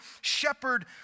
shepherd